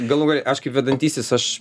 galų gale aš kaip vedantysis aš